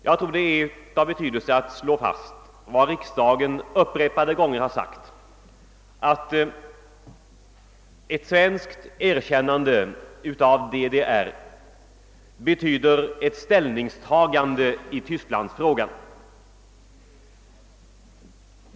Jag anser det vara av betydelse att slå fast vad riksdagen vid upprepade tillfällen har framhållit, nämligen att ett svenskt erkännande av DDR betyder ett ställningstagande i Tysklandsfrågan.